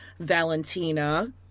Valentina